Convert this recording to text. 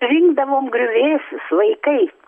rinkdavom griuvėsius vaikai